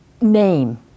name